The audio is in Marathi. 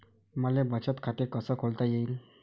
मले बचत खाते कसं खोलता येईन?